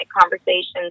conversations